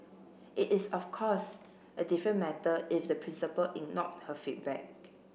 it is of course a different matter if the principal ignored her feedback